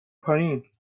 پایین